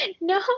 No